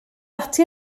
ati